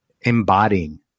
embodying